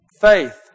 faith